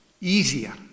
easier